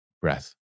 breath